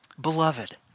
Beloved